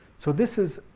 so this is